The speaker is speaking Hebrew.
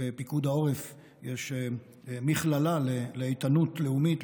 בפיקוד העורף יש מכללה לאיתנות לאומית,